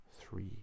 three